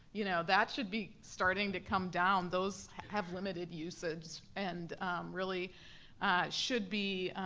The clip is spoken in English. you know that should be starting to come down, those have limited usage and really should be,